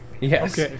Yes